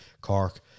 Cork